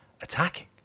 attacking